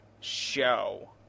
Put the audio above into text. show